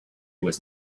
was